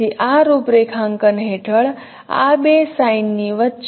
તેથી આ રૂપરેખાંકન હેઠળ આ 2 સાઇન ની વચ્ચે હોમોગ્રાફી શું હોવી જોઈએ